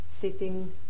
sitting